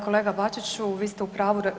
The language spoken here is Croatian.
Kolega Bačiću vi ste u pravu.